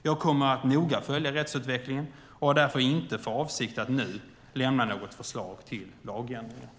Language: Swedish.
Jag kommer att noga följa rättsutvecklingen och har därför inte för avsikt att nu lämna något förslag till lagändringar.